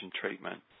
treatment